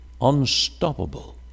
unstoppable